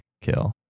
kill